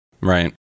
Right